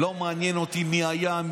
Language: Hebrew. לא מעניין אותי מי היה,